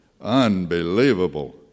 Unbelievable